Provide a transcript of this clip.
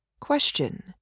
Question